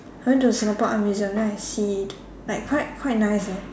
I went to the Singapore art museum then I see like quite quite nice leh